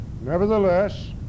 nevertheless